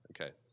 Okay